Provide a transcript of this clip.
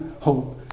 hope